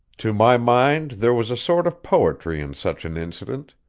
to my mind there was a sort of poetry in such an incident,